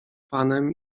panem